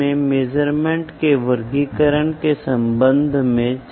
और आज मेजरमेंट काफी जटिल हो चुका है